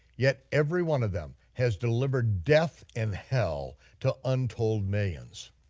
yet every one of them has delivered death and hell to untold millions.